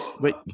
Wait